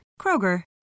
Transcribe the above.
Kroger